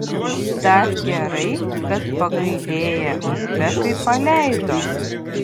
dar gerai kad pagailėję uzbekai paleido